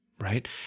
right